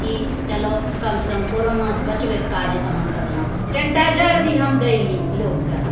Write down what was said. कि चलो कमसँ कम कोरोनासँ बचबैके काज अहाँ करलहुँ सैनिटाइजर भी हम देइ रहि लोककेँ